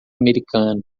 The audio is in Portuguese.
americano